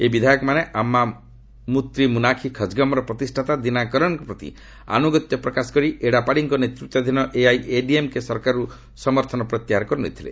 ଏହି ବିଧାୟକମାନେ ଆମ୍ମାମୁନେତ୍ରା ମୁନାନି ଖଜଗମ୍ର ପ୍ରତିଷ୍ଠାତା ଦିନାକରନ୍ଙ୍କ ପ୍ରତି ଆନୁଗତ୍ୟ ପ୍ରକାଶ କରି ଏଡ଼ାପାଡ଼ିଙ୍କ ନେତୃତ୍ୱାଧୀନ ଏଆଇଏଡିଏମ୍କେ ସରକାରରୁ ସମର୍ଥନ ପ୍ରତ୍ୟାହାର କରିନେଇଥିଲେ